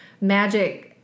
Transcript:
magic